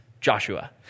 Joshua